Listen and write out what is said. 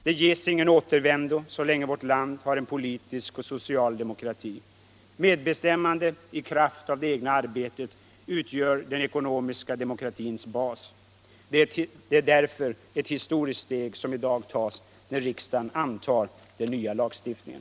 Där ges ingen återvändo så länge vårt land har en politisk och social demokrati. Medbestämmande i kraft av det egna arbetet utgör den ekonomiska demokratins bas. Det är därför ett historiskt steg som i dag tas när riksdagen antar den nya lagstiftningen.